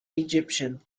egyptian